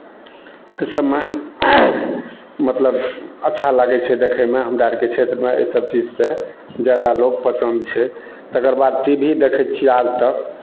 इसभमे मतलब अच्छा लागै छै देखयमे हमरा आरके क्षेत्रमे एहिसभ चीजसँ जादा लोक पसन्द छै तकर बाद टी भी देखै छियै आजतक